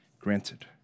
granted